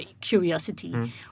curiosity